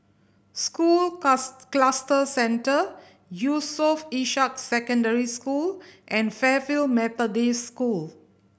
School Cluster Centre Yusof Ishak Secondary School and Fairfield Methodist School